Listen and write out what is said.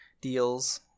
deals